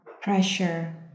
pressure